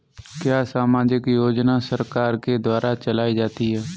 क्या सामाजिक योजना सरकार के द्वारा चलाई जाती है?